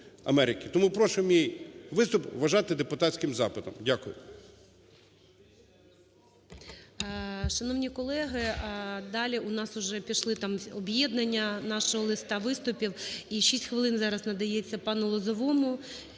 Тому прошу мій виступ вважати депутатським запитом. Дякую.